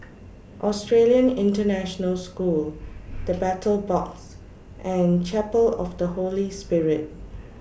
Australian International School The Battle Box and Chapel of The Holy Spirit